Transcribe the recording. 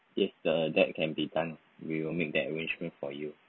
if the that can be done we will make that arrangement for you